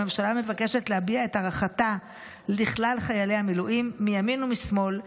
הממשלה מבקשת להביע את הערכתה לכלל חיילי המילואים מימין ומשמאל,